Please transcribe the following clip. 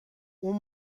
اون